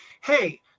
hey